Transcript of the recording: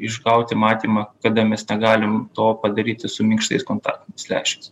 išgauti matymą kada mes negalim to padaryti su minkštais kontaktiniais lęšiais